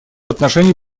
отношении